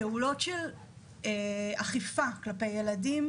פעולות של אכיפה כלפי ילדים,